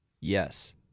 Yes